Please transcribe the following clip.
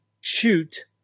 shoot